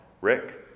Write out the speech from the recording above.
Rick